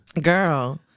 Girl